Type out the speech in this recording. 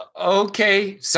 Okay